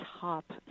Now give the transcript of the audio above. top